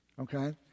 okay